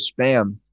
spam